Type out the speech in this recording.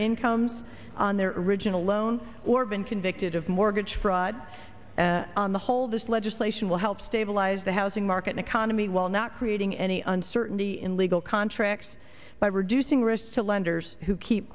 income on their original loan or been convicted of mortgage fraud and on the whole this legislation will help stabilize the housing market economy while not creating any uncertainty in legal contracts by reducing risk to lenders who keep